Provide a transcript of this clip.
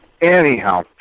Anyhow